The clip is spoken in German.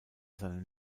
seinen